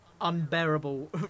unbearable